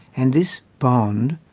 and this bond,